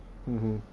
mmhmm